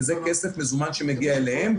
וזה כסף מזומן שמגיע אליהן.